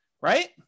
right